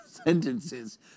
Sentences